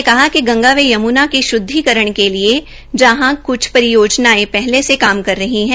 उन्होंने कहा कि गंगा व यम्ना के श्द्विकरण के लिये जहां कृछ परियोजनाओं पहले से काम कर रही है